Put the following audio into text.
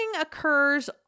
occurs